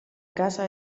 casa